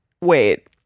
wait